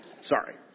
Sorry